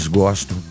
gosto